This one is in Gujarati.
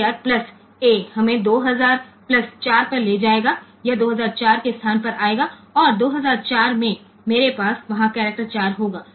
તેથી DPTR વત્તા a આપણને 2 હજાર વત્તા 4 પર લઇ જશે એટલે કે તે સ્થાન 2004 પર આવશે અને 2004 માં આપણી પાસે કેરેક્ટર 4 હશે